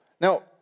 Now